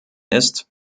ist